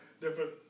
different